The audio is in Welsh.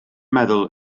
meddwl